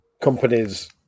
companies